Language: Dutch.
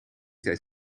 tijd